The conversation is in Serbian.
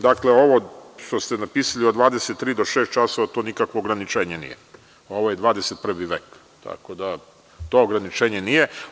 Dakle, ovo što ste napisali od 23 do šest časova to nikako ograničenje nije, ovo je 21. vek, tako da to ograničenje nije.